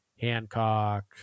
Hancock